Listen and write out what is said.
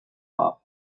hop